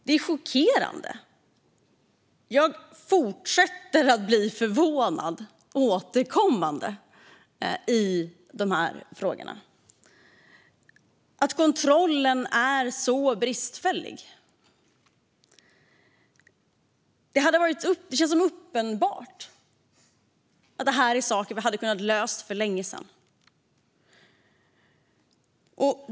Det är chockerande - jag fortsätter återkommande att bli förvånad i dessa frågor - att kontrollen är så bristfällig. Det känns uppenbart att detta är saker som vi hade kunnat lösa för länge sedan.